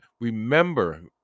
remember